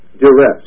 duress